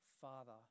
Father